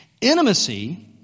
Intimacy